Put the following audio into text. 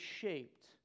shaped